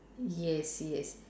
yes yes